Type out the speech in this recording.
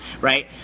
right